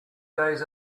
days